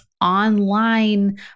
online